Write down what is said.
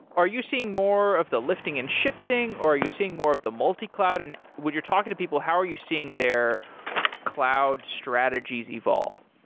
are you seeing more of the lifting and shifting, or are you seeing more of the multi-cloud? and when you're talking to people, how are you seeing their cloud strategies evolve?